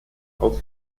aus